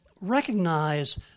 recognize